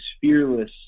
fearless